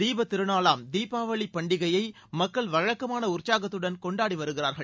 தீப திருநாளாம் தீபாவளி பண்டிகையை மக்கள் வழக்கமான உற்சாகத்துடன் கொண்டாடி வருகிறார்கள்